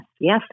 yes